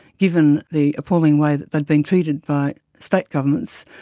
given the appalling way that they'd been treated by state governments,